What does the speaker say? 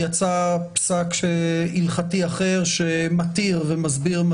יצא פסק הלכתי אחר שמתיר ומסביר.